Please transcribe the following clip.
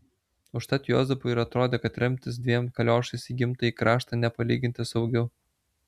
užtat juozapui ir atrodė kad remtis dviem kaliošais į gimtąjį kraštą nepalyginti saugiau